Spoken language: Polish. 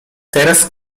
teraz